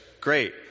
great